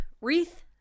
wreath